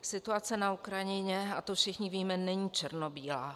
Situace na Ukrajině, a to všichni víme, není černobílá.